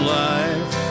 life